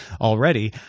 already